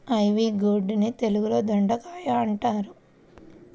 ivy gourd ని తెలుగులో దొండకాయ అని అంటారు